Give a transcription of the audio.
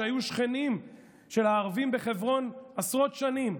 שהיו שכנים של הערבים בחברון עשרות שנים,